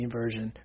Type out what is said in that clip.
version